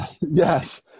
Yes